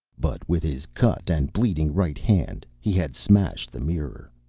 but with his cut and bleeding right hand he had smashed the mirror.